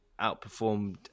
outperformed